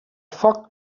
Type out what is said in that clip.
foc